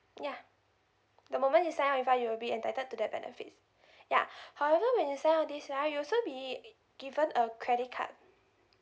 yeah the moment you sign up with us you will be entitled to that benefits yeah however when you sign up this right you also be given a credit card